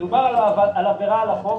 מדובר על עבירה על החוק.